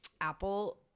Apple